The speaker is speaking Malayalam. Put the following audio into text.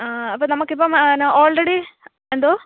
ആ അപ്പം നമക്കിപ്പം ന ഓള്റെഡി എന്തോ